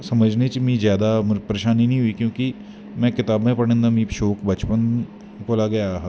समझने च मीं जादा परेशानी नी होई क्योंकि में कताबां पढ़न दा शौंक मिगी बचपन कोला दा हा